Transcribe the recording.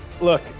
Look